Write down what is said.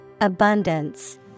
Abundance